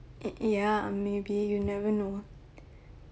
it ya maybe you never know